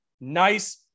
nice